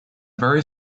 very